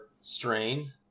Strain